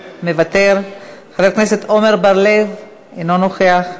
מוותר, חבר הכנסת עמר בר-לב, אינו נוכח,